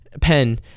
pen